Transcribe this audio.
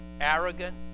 Arrogant